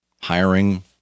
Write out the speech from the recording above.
hiring